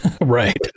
Right